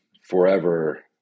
forever